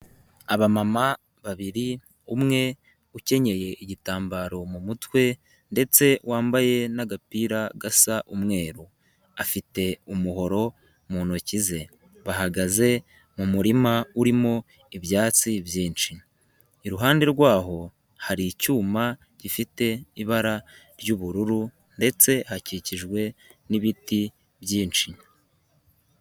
Abamama babiri umwe ukenyeye igitambaro mu mutwe ndetse wambaye n'agapira gasa umweru, afite umuhoro mu ntoki ze, bahagaze mu murima urimo ibyatsi byinshi, iruhande rwaho hari icyuma gifite ibara ry'ubururu ndetse hakikijwe n'ibiti byinshi.